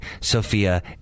Sophia